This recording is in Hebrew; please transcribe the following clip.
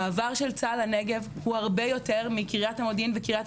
(מקרינה מצגת) המעבר של צה"ל לנגב הוא הרבה יותר מקריית המודיעין וקריית